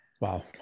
Wow